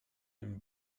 and